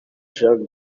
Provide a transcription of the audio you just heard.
jeanne